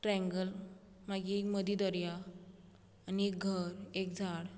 triangle मागीर मदी दर्या आनी एक घर एक झाड